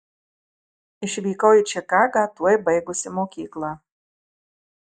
išvykau į čikagą tuoj baigusi mokyklą